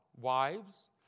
Wives